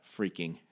freaking